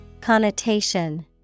Connotation